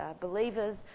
believers